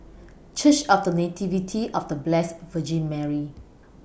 Church of The Nativity of The Blessed Virgin Mary